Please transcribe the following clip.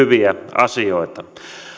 asioita esimerkiksi